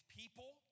people